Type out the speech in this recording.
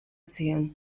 zion